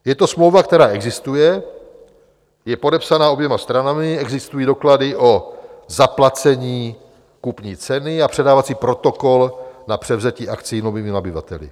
Je to smlouva, která existuje, je podepsaná oběma stranami, existují doklady o zaplacení kupní ceny a předávací protokol na převzetí akcií novými nabyvateli?